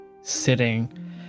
sitting